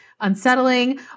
unsettling